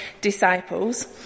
disciples